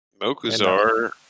Mokuzar